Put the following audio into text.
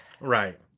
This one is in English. Right